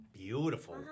Beautiful